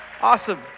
Awesome